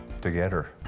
Together